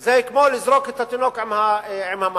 זה כמו לזרוק את התינוק עם המים.